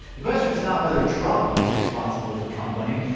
the question is not whether trump is responsible for trump winning,